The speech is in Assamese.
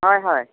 হয় হয়